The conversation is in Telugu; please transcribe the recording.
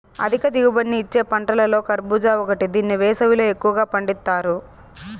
అధిక దిగుబడిని ఇచ్చే పంటలలో కర్భూజ ఒకటి దీన్ని వేసవిలో ఎక్కువగా పండిత్తారు